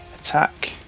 attack